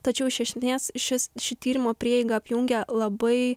tačiau iš esmės šis ši tyrimo prieiga apjungia labai